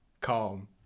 calm